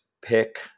pick